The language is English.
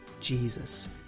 Jesus